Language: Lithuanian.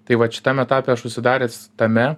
tai vat šitam etape aš užsidaręs tame